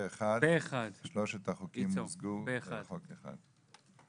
פה אחד, שלושת החוקים מוזגי לחוק אחד.